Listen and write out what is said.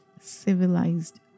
civilized